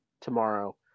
tomorrow